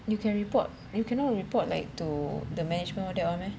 you can report you cannot report like to the management all that [one] meh